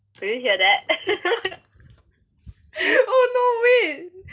oh no wait